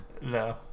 No